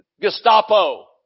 Gestapo